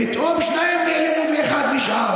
פתאום שניים נעלמו ואחד נשאר.